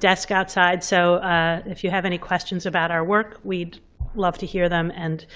desk outside. so if you have any questions about our work, we'd love to hear them and